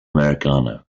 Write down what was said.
americano